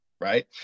Right